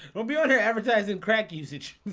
don't be under advertising crack usage.